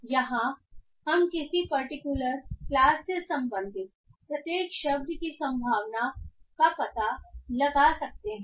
यहां हम किसी पर्टिकुलर क्लास से संबंधित प्रत्येक शब्द की संभावना का पता लगा सकते हैं